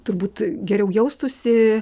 turbūt geriau jaustųsi